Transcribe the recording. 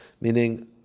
Meaning